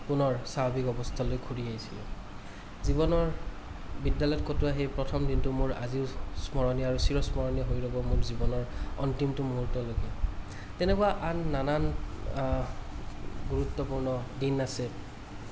পুনৰ স্বাভাৱিক অৱস্থালৈ ঘূৰি আহিছিলোঁ জীৱনৰ বিদ্য়ালয়ত কটোৱা সেই প্ৰথম দিনটো মোৰ আজিও স্মৰণীয় আৰু চিৰ স্মৰণীয় হৈ ৰ'ব মোৰ জীৱনৰ অন্তিমটো মুৰ্হূতলৈকে তেনেকুৱা আন নানান গুৰুত্বপূৰ্ণ দিন আছে